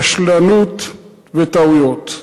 רשלנות וטעויות.